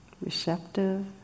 receptive